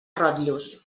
rotllos